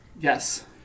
Yes